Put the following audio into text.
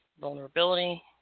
vulnerability